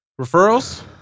referrals